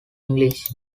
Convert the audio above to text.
english